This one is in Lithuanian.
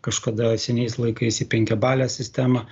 kažkada senais laikais į penkiabalę sistemą